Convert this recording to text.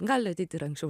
gali ateiti ir anksčiau